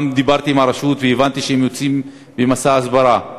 גם דיברתי עם הרשות והבנתי שהם יוצאים במסע הסברה על